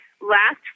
last